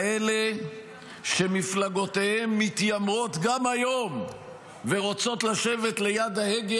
כאלה שמפלגותיהם מתיימרות גם היום ורוצות לשבת ליד ההגה